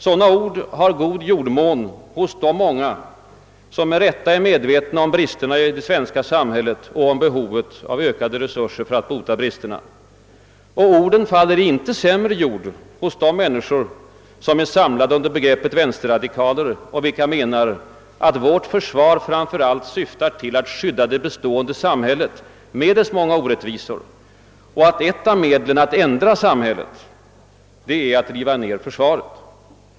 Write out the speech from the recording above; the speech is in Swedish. Sådana ord har god jordmån hos de många som med rätta är medvetna om bristerna i det svenska samhället och om behovet av ökade resurser för att bota bristerna. Och orden faller inte i sämre jord hos de människor som är samlade under begreppet vänsterradikaler och vilka anser att vårt försvar framför allt syftar till att skydda det bestående samhället med dess olika orättvisor och att ett av medlen att ändra samhället är att riva ned försvaret.